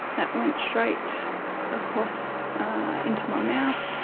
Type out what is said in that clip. that went straight across into my mouth.